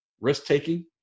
risk-taking